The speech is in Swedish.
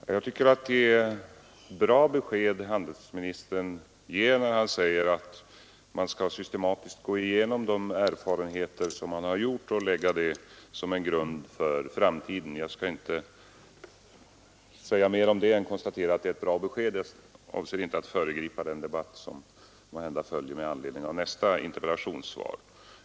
Fru talman! Jag tycker att det är ett bra besked handelsministern ger när han säger att man systematiskt skall gå igenom de erfarenheter man gjort och lägga resultatet därav som en grund för framtiden. Jag skall inte säga mer om det — jag avser inte att föregripa den debatt som måhända följer med anledning av nästa interpellationssvar.